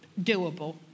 doable